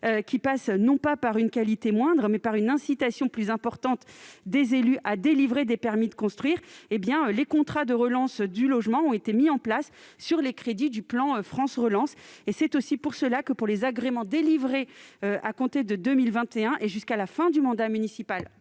passe non pas par une qualité moindre, mais par une incitation plus importante des élus à délivrer des permis de construire, les contrats de relance du logement ont été mis en place sur les crédits du plan France Relance. C'est la raison pour laquelle, s'agissant des agréments délivrés à compter de 2021 et jusqu'à la fin du mandat municipal